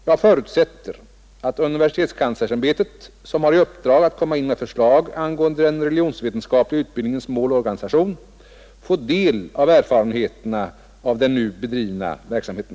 Jag förutsätter att universitetskanslersämbetet, som har i uppdrag att komma in med förslag angående den religionsvetenskapliga utbildningens mål och organisation, får del av erfarenheterna av den nu bedrivna verksamheten.